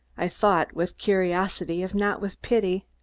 i thought, with curiosity, if not with pity.